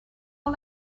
all